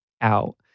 out